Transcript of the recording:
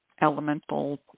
elemental